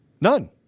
None